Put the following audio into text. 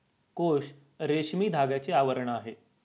कोश रेशमी धाग्याचे आवरण आहे